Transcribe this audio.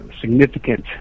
significant